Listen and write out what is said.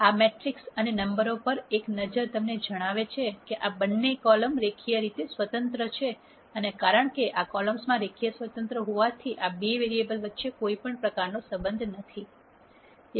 આ મેટ્રિક્સ અને નંબરો પર એક નજર તમને જણાવે છે કે આ બંને કોલમ રેખીય સ્વતંત્ર છે અને કારણ કે આ કોલમ્સ રેખીય સ્વતંત્ર હોવાથી આ બે વેરીએબલ્સ વચ્ચે કોઈ સંબંધ નથી